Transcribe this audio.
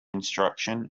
instruction